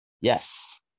yes